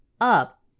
up